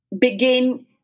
begin